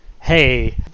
hey